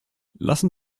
lassen